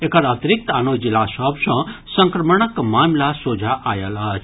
एकर अतिरिक्त आनो जिला सभ सँ संक्रमणक मामिला सोझा आयल अछि